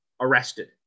arrested